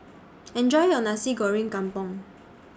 Enjoy your Nasi Goreng Kampung